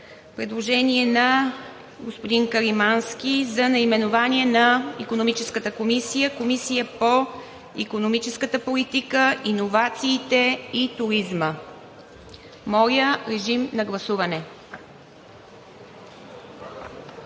представител Любомир Каримански за наименованието на Икономическата комисия – „Комисия по икономическата политика, иновациите и туризма.“ Моля, режим на гласуване.